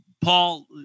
Paul